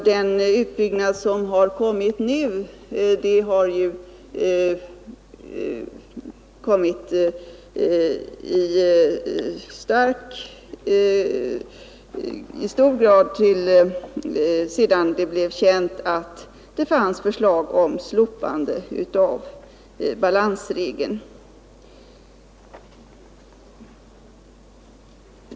Den utbyggnad som har skett nu har ju i hög grad kommit till sedan det blev känt att det fanns förslag om slopande av balansregeln.